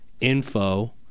info